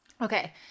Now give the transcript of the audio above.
Okay